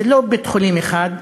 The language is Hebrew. זה לא בית-חולים אחד.